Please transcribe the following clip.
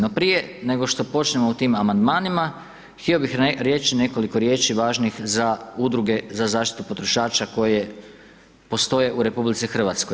No, prije nego što počnemo o tim Amandmanima, htio bih reći nekoliko riječi važnih za Udruge za zaštitu potrošača koje postoje u RH.